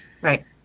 Right